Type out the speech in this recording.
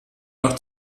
nach